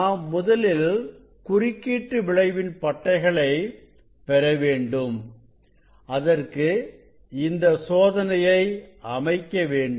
நாம் முதலில் குறுக்கீட்டு விளைவின் பட்டைகளை பெறவேண்டும் அதற்கு இந்த சோதனையை அமைக்க வேண்டும்